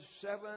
seven